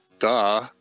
Duh